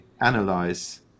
analyze